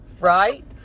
Right